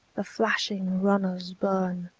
the flashing runners burn.